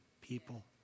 people